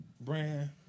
brand